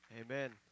Amen